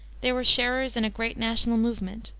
they were sharers in a great national movement,